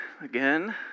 again